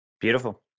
beautiful